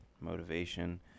motivation